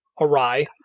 awry